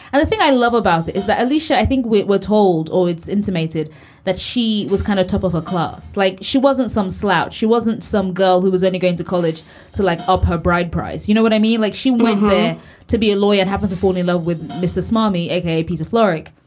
and the thing i love about it is that alicia, i think we were told, oh, it's intimated that she was kind of top of her class, like she wasn't some slouch. she wasn't some girl who was only going to college to like up her bride price. you know what i mean? like, she went there to be a lawyer and happened to fall in love with mrs. mommy. okay. peter florrick.